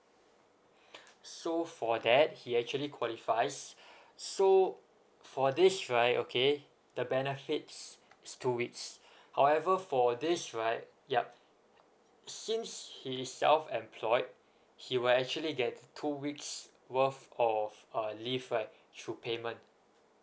so for that he actually qualifies so for this right okay the benefits is two weeks however for this right yup since he is self employed he will actually get two weeks worth of uh leave right through payment